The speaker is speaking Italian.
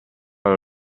alla